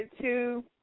two